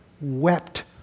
wept